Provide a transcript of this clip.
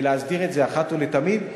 ויש להסדיר את זה אחת ולתמיד,